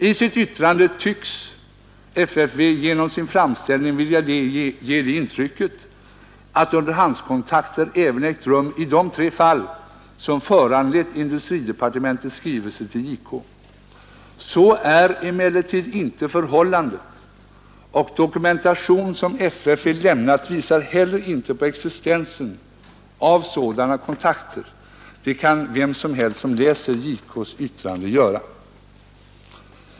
I sitt yttrande tycks FFV genom sin framställning vilja ge det intrycket, att underhandskontakter även ägt rum i de tre fall som föranlett industridepartementets skrivelse till JK. Så är emellertid inte förhållandet, och den dokumentation som FFV lämnat visar heller inte på existensen av sådana kontakter. Det kan vem som helst som läser JK:s yttrande avgöra.